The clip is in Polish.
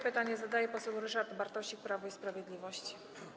Pytanie zadaje poseł Ryszard Bartosik, Prawo i Sprawiedliwość.